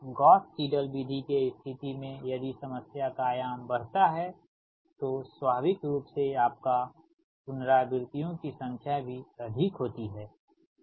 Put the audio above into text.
लेकिन Gauss Seidel विधि के स्थिति मेंयदि समस्या का आयाम बढ़ता हैतो स्वाभाविक रूप से आपका पुनारावृतियों की संख्या भी अधिक होती है